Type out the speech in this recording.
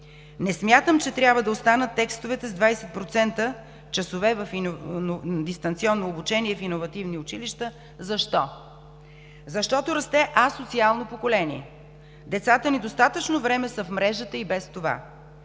Не смятам, че трябва да останат текстовете с 20% часове в дистанционно обучение в иновативните училища. Защо? Защото расте асоциално поколение – децата ни достатъчно време са в мрежата и без това,